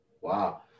Wow